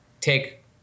take